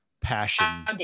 passion